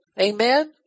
Amen